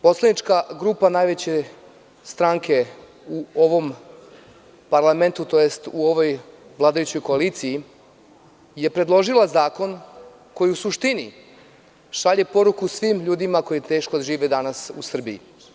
Poslanička grupa najveće stranke u ovom parlamentu, tj. u ovoj vladajućoj koaliciji je predložila zakon koji u suštini šalje poruku svim ljudima koji teško žive danas u Srbiji.